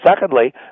secondly